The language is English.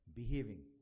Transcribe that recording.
behaving